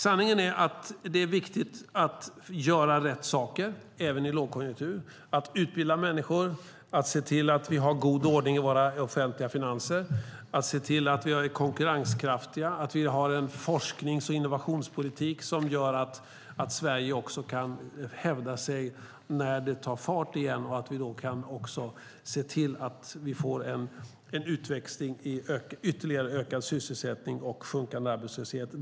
Sanningen är att det är viktigt att göra rätt saker även i lågkonjunktur, att utbilda människor, att se till att vi har god ordning i våra offentliga finanser, att se till att vi är konkurrenskraftiga, att vi har en forsknings och innovationspolitik som gör att Sverige kan hävda sig när det tar fart igen och att vi då kan se till att vi får en utväxling i ytterligare ökad sysselsättning och sjunkande arbetslöshet.